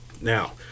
Now